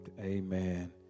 Amen